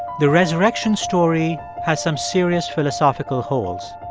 the resurrection story has some serious philosophical holes.